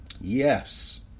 Yes